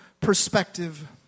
perspective